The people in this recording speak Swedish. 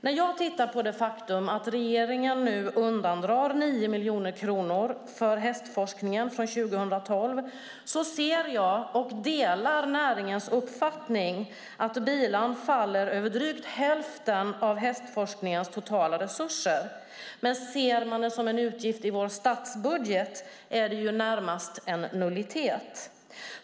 När jag tittar på det faktum att regeringen nu undandrar 9 miljoner kronor från hästforskningen från 2012 ser jag, och jag delar näringens uppfattning, att bilan faller över drygt hälften av hästforskningens totala resurser. Ser man det som en utgift i vår statsbudget är det närmast en nullitet.